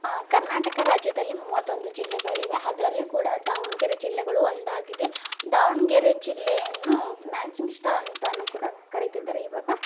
ಕರ್ನಾಟಕ ರಾಜ್ಯದಲ್ಲಿ ಮೂವತ್ತೊಂದು ಜಿಲ್ಲೆಗಳಿವೆ ಅದ್ರಲ್ಲಿ ಕೂಡ ದಾವಣಗೆರೆ ಜಿಲ್ಲೆಗಳು ಒಂದಾಗಿದೆ ದಾವಣಗೆರೆ ಜಿಲ್ಲೆಯನ್ನು ಮ್ಯಾಂಚಿಂಗ್ಸ್ಟರ್ ಅಂತ ಕೂಡ ಕರಿತಿದ್ದಾರೆ ಇವಾಗ